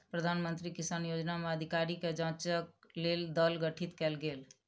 प्रधान मंत्री किसान योजना में अधिकारी के जांचक लेल दल गठित कयल गेल